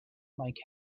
mike